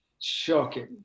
shocking